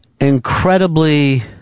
incredibly